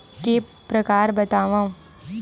के प्रकार बतावव?